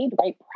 right